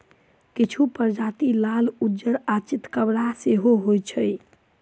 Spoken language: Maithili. किछु प्रजाति लाल, उज्जर आ चितकाबर सेहो होइत छैक